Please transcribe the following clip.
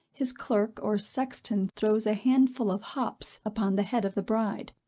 his clerk or sexton throws a handful of hops upon the head of the bride,